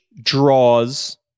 draws